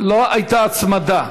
לא הייתה הצמדה.